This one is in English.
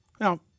Now